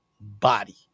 body